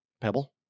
Pebble